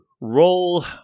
roll